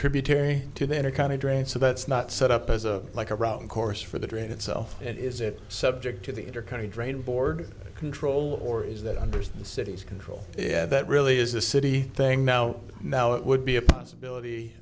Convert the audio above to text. tributary to the inner kind of drain so that's not set up as a like a routing course for the drain itself and is it subject to the intercounty drain board control or is that under the city's control yeah that really is the city thing now now it would be a possibility